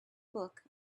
book